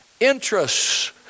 Interests